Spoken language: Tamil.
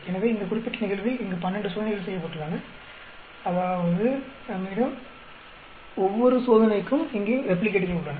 எனவே இந்த குறிப்பிட்ட நிகழ்வில் இங்கு 12 சோதனைகள் செய்யப்பட்டுள்ளன அதாவது நம்மிடம் ஒவ்வொரு சோதனைக்கும் இங்கே ரெப்ளிகேட்டுகள் உள்ளன